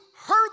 Heard